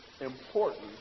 important